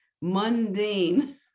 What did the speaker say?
mundane